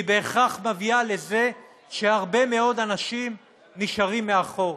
והיא בהכרח מביאה לזה שהרבה מאוד אנשים נשארים מאחור.